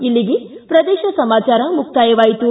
ಇಲ್ಲಿಗೆ ಪ್ರದೇಶ ಸಮಾಚಾರ ಮುಕ್ತಾಯವಾಯಿತು